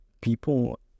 People